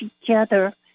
together